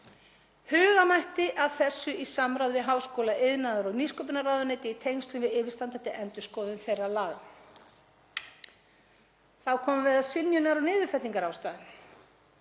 Huga mætti að þessu í samráði við háskóla-, iðnaðar- og nýsköpunarráðuneyti í tengslum við yfirstandandi endurskoðun þeirra laga. Þá komum við að synjunar- og niðurfellingarástæðum.